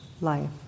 life